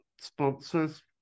sponsors